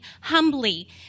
humbly